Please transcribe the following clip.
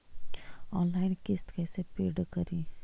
Online किस्त कैसे paid करि?